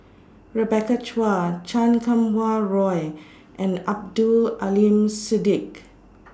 Rebecca Chua Chan Kum Wah Roy and Abdul Aleem Siddique